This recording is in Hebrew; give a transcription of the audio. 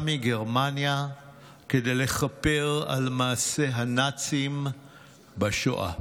מגרמניה כדי לכפר על מעשי הנאצים בשואה.